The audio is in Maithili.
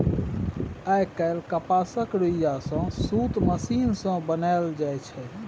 आइ काल्हि कपासक रुइया सँ सुत मशीन सँ बनाएल जाइ छै